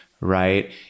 right